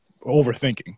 overthinking